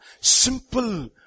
simple